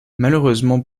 malheureusement